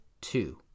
two